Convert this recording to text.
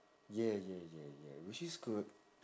yeah yeah yeah yeah which is good